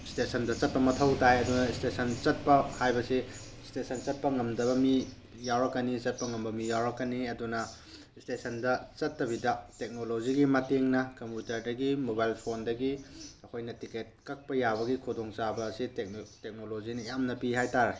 ꯏꯁꯇꯦꯁꯟꯗ ꯆꯠꯄ ꯃꯊꯧ ꯇꯥꯏ ꯑꯗꯨꯅ ꯁ꯭ꯇꯦꯁꯟ ꯆꯠꯄ ꯍꯥꯏꯕꯁꯤ ꯏꯁꯇꯦꯁꯟ ꯆꯠꯄ ꯉꯝꯗꯕ ꯃꯤ ꯌꯥꯎꯔꯛꯀꯅꯤ ꯆꯠꯄ ꯉꯝꯕ ꯃꯤ ꯌꯥꯎꯔꯛꯀꯅꯤ ꯑꯗꯨꯅ ꯏꯁꯇꯦꯁꯟꯗ ꯆꯠꯇꯕꯤꯗ ꯇꯦꯛꯅꯣꯂꯣꯖꯤꯒꯤ ꯃꯇꯦꯡꯅ ꯀꯝꯄꯨꯇ꯭ꯔꯗꯒꯤ ꯃꯣꯕꯥꯏꯜ ꯐꯣꯟꯗꯒꯤ ꯑꯩꯈꯣꯏꯅ ꯇꯤꯛꯀꯦꯠ ꯀꯛꯄ ꯌꯥꯕꯒꯤ ꯈꯨꯗꯣꯡꯆꯥꯕ ꯑꯁꯦ ꯇꯦꯛꯅꯣꯂꯣꯖꯤꯅ ꯌꯥꯝꯅ ꯄꯤ ꯍꯥꯏꯇꯥꯔꯦ